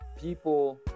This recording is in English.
people